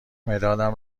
مدادم